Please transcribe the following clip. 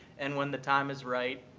and when the time is right,